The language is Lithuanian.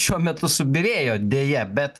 šiuo metu subyrėjo deja bet